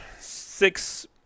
six